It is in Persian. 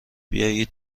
بیایید